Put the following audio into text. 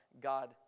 God